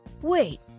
Wait